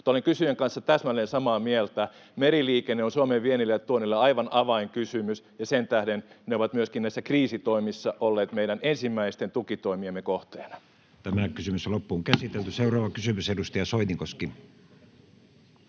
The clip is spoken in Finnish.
olen kysyjän kanssa täsmälleen samaa mieltä: meriliikenne on Suomen viennille ja tuonnille aivan avainkysymys, ja sen tähden ne ovat myöskin näissä kriisitoimissa olleet meidän ensimmäisten tukitoimiemme kohteena. Seuraava kysymys, edustaja Soinikoski.